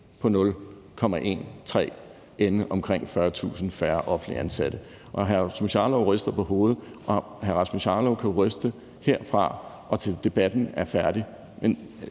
på 0,13 pct. ende med omkring 40.000 færre offentligt ansatte. Hr. Rasmus Jarlov ryster på hovedet, og hr. Rasmus Jarlov kan jo ryste på hovedet, herfra og til debatten er færdig,